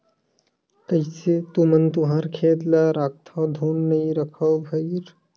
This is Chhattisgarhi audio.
कइसे तुमन तुँहर खेत ल राखथँव धुन नइ रखव भइर?